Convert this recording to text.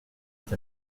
est